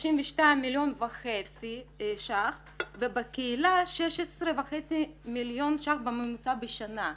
32.5 מיליון ₪ ובקהילה 16.5 מיליון ₪ בממוצע בשנה.